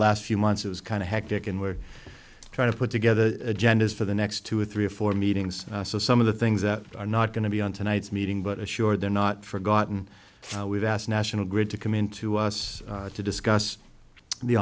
last few months it was kind of hectic and we're trying to put together genders for the next two or three or four meetings so some of the things that are not going to be on tonight's meeting but assure they're not forgotten we've asked national grid to come in to us to discuss the